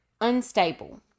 unstable